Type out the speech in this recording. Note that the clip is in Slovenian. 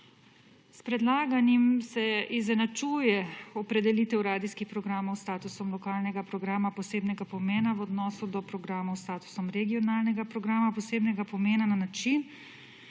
S predlaganim se izenačuje opredelitev radijskih programov s statusom lokalnega programa posebnega pomena v odnosu do programov s statusom regionalnega programa posebnega pomena na način,